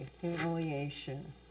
humiliation